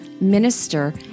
minister